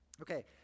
Okay